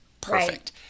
perfect